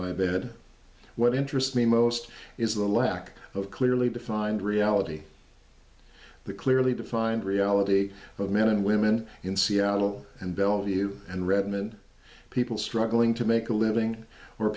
my bed what interests me most is the lack of clearly defined reality that clearly defined reality of men and women in seattle and bellevue and redmond people struggling to make a living or